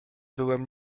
byłem